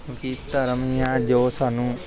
ਕਿਉਂਕਿ ਧਰਮ ਹੀ ਆ ਜੋ ਸਾਨੂੰ